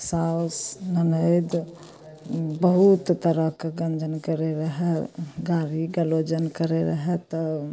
सासु ननदि बहुत तरहके गञ्जन करय रहय गाली गलौजन करय रहय तऽ